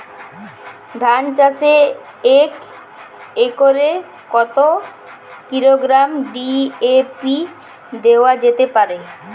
ধান চাষে এক একরে কত কিলোগ্রাম ডি.এ.পি দেওয়া যেতে পারে?